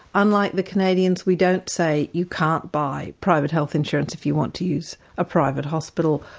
unlike the canadians, we don't say, you can't buy private health insurance if you want to use a private hospital.